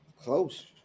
Close